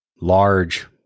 large